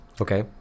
Okay